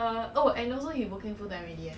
girlfriend